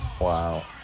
Wow